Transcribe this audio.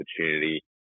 opportunity